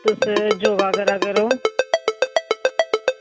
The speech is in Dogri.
तुस योगा करा करो